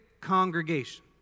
congregation